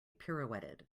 pirouetted